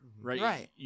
Right